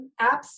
apps